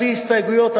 בלי הסתייגויות,